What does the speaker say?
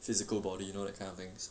physical body you know that kind of things